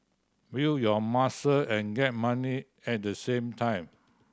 build your muscle and get money at the same time